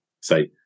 Say